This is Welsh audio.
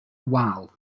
wal